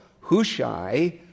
Hushai